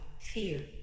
fear